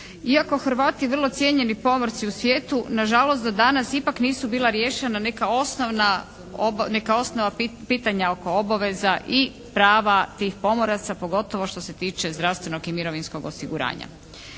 Iako Hrvati vrlo cijenjeni pomorci u svijetu nažalost do danas ipak nisu bila riješena neka osnovna pitanja oko obaveza i prava tih pomoraca, pogotovo što se tiče zdravstvenog i mirovinskog osiguranja.